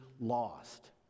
lost